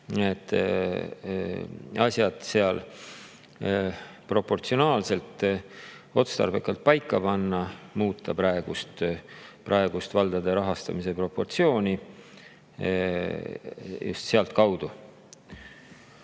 seal asjad proportsionaalselt ja otstarbekalt paika, muuta praegust valdade rahastamise proportsiooni just sealtkaudu.